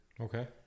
okay